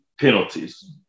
penalties